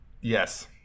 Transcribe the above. Yes